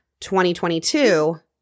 2022